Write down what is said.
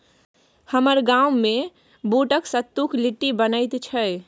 हमर गाममे बूटक सत्तुक लिट्टी बनैत छै